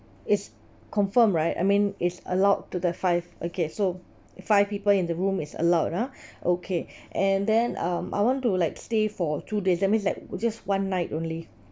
is confirm right I mean is allowed to the five okay so five people in the room is allowed ah okay and then um I want to like stay for two days that means like just one night only